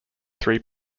three